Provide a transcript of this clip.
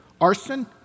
Arson